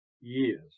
years